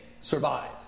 survive